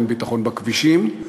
אין ביטחון בכבישים,